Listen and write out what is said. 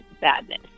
badness